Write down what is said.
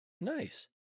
nice